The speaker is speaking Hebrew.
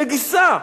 נגיסה.